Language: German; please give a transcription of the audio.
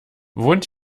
wohnt